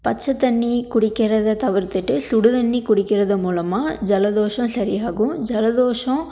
பச்சை தண்ணி குடிக்கிறத தவிர்த்திட்டு சுடுதண்ணி குடிக்கிறது மூலமாக ஜலதோஷம் சரியாகும் ஜலதோஷம்